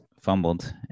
fumbled